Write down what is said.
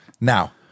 Now